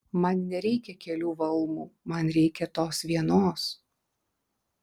man nereikia kelių valmų man reikia tos vienos